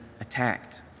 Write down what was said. attacked